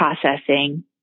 Processing